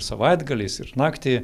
savaitgaliais ir naktį